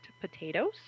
potatoes